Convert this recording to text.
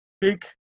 big